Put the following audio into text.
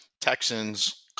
Texans